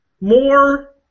more